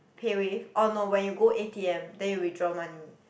PayWave or no when you go a_t_m then you withdraw money